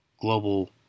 global